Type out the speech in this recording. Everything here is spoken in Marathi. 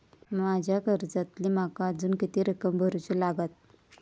माझ्या कर्जातली माका अजून किती रक्कम भरुची लागात?